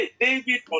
David